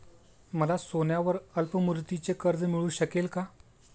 मला सोन्यावर अल्पमुदतीचे कर्ज मिळू शकेल का?